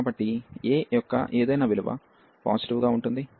కాబట్టి a యొక్క ఏదైనా విలువ పాజిటివ్గా ఉంటుంది